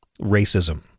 racism